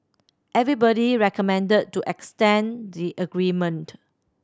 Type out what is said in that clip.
everybody recommended to extend the agreement